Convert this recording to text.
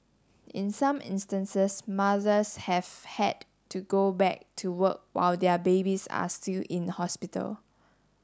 in some instances mothers have had to go back to work while their babies are still in hospital